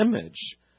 image